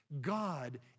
God